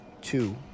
Two